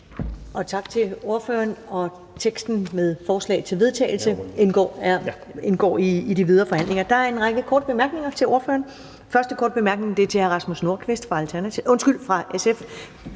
Tak til ordføreren. Teksten til forslag til vedtagelse indgår i de videre forhandlinger. Der er en række korte bemærkninger til ordføreren. Første korte bemærkning er fra hr. Rasmus Nordqvist fra SF.